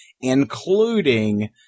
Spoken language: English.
including